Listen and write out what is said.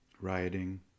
rioting